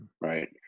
right